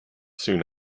soon